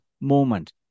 moment